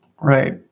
Right